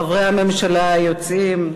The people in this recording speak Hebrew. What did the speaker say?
חברי הממשלה היוצאים,